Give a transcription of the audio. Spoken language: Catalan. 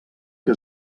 que